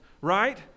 Right